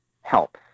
helps